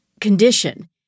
condition